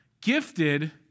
gifted